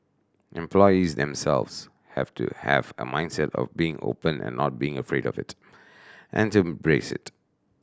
employees themselves have to have a mindset of being open and not being afraid of it and to embrace it